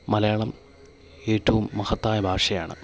മലയാളം ഏറ്റവും മഹത്തായ ഭാഷയാണ്